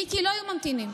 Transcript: מיקי, לא היו ממתינים.